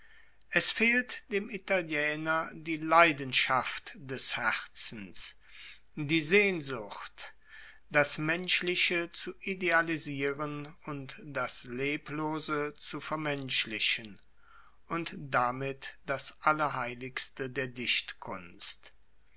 es fehlt dem italiener die leidenschaft des herzens die sehnsucht das menschliche zu idealisieren und das leblose zu vermenschlichen und damit das allerheiligste der dichtkunst